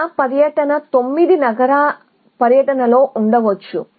ఎక్కడ పర్యటన 9 నగర పర్యటనలో ఉండవచ్చు